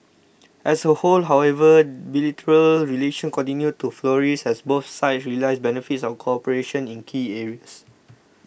as a whole however bilateral relations continued to flourish as both sides realise benefits of cooperation in key areas